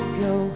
go